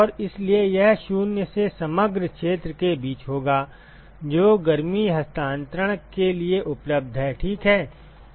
और इसलिए यह 0 से समग्र क्षेत्र के बीच होगा जो गर्मी हस्तांतरण के लिए उपलब्ध है ठीक है